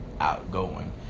outgoing